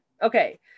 Okay